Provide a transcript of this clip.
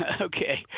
Okay